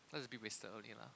just a bit wasted only lah